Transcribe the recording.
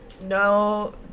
no